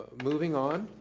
moving on.